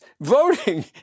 voting